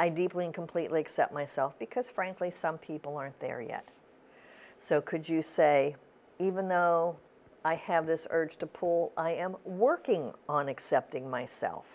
i deeply and completely accept myself because frankly some people aren't there yet so could you say even though i have this urge to paul i am working on accepting myself